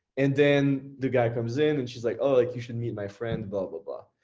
and then the guy comes in and she's like, oh, like you should meet my friend blah, blah, blah.